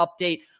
update